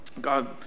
God